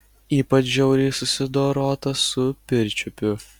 ypač žiauriai susidorota su pirčiupiu